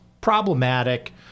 problematic